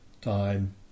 time